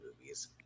movies